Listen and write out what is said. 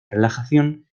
relajación